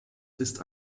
ist